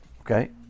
Okay